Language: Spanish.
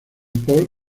paul